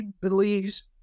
believes